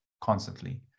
constantly